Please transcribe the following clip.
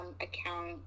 account